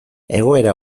egoera